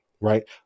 right